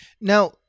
Now